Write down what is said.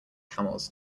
camels